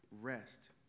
rest